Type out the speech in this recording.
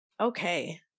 okay